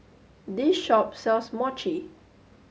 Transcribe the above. this shop sells Mochi